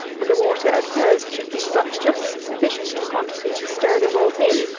and the water, at first, should be but just sufficient in quantity to stir the malt in,